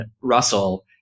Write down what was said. Russell